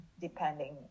depending